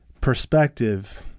perspective